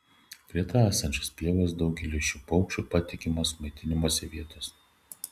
greta esančios pievos daugeliui šių paukščių patikimos maitinimosi vietos